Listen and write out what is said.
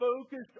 focused